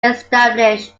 established